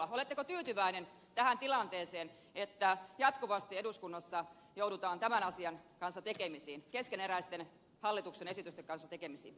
oletteko tyytyväinen tähän tilanteeseen että jatkuvasti eduskunnassa joudutaan tämän asian kanssa tekemisiin keskeneräisten hallituksen esitysten kanssa tekemisiin